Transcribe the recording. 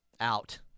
Out